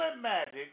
magic